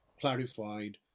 clarified